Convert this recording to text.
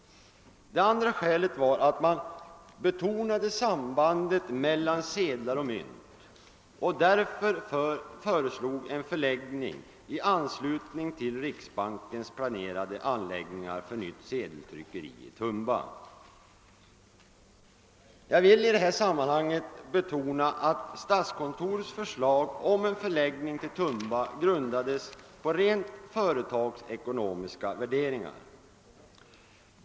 Det andra skälet var att man betonade sambandet mellan sedlar och mynt och därför föreslog en förläggning i anslutning till riksbankens planerade anläggningar för ett nytt sedeltryckeri i Tumba. Jag vill betona att statskontorets förslag om en förläggning till Tumba grundades på rent företagsekonomiska värderingar.